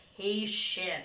Patient